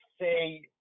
say